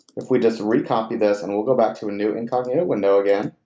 if we just recopy this and we'll go back to a new incognito window again,